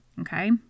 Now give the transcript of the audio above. okay